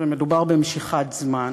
ומדובר במשיכת זמן,